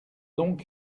donc